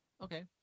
okay